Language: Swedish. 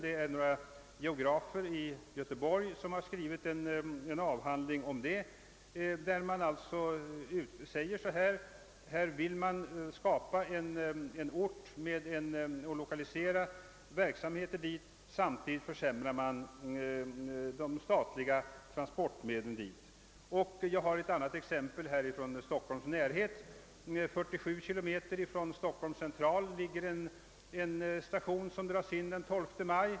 Det är några geografer i Göteborg som har skrivit en avhandling där det heter att man vill skapa en livskraftig tätort genom att dit lokalisera verksamheter, men samtidigt försämrar man de förbindelser till orten som de statliga transportmedlen svarar för. Ett annat exempel kan jag hämta från ett område nära Stockholm. 47 km från Stockhohns central finns en station som dras in den 12 maj.